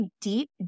deep